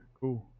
cool